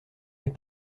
est